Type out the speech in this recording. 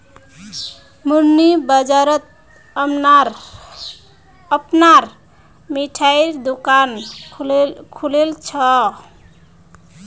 मन्नू बाजारत अपनार मिठाईर दुकान खोलील छ